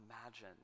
imagine